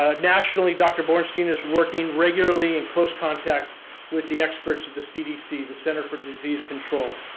ah nationally dr. borenstein is working regularly in close contact with the experts at the cdc, the center for disease control.